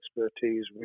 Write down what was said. expertise